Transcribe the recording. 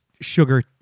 sugar